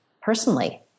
personally